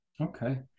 Okay